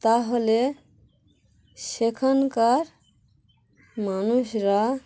তাহলে সেখানকার মানুষরা